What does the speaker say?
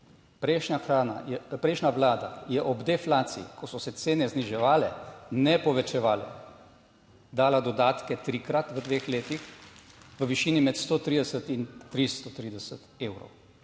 prejšnja vlada je ob deflaciji, ko so se cene zniževale ne povečevale, dala dodatke, trikrat v dveh letih v višini med 130 in 330 evrov.